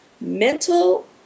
mental